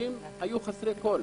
אנשים היו חסרי כל.